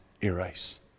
erase